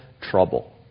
trouble